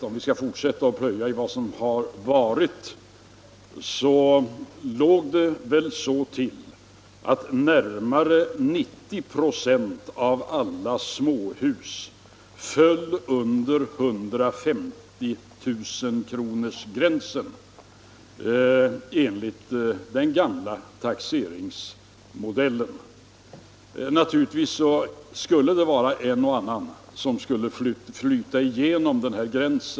Om vi skall fortsätta att plöja i vad som varit vill jag också säga, att närmare 90 96 av alla småhus föll under 150 000-kronorsgränsen enligt den gamla taxeringsmodellen. Naturligtvis kommer en och annan villa att överskrida denna gräns.